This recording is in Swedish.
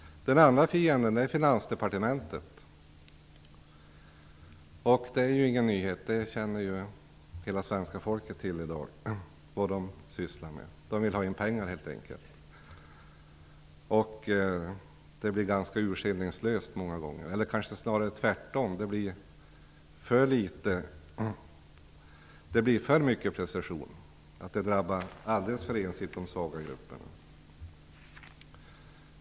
Den andra fienden är Finansdepartementet. Det är ingen nyhet. Hela svenska folket känner till vad det sysslar med. Man vill helt enkelt ta in pengar, många gånger ganska urskillningslöst. Det blir för mycket av prestation, vilket alldeles för ensidigt drabbar de svaga grupperna.